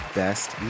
best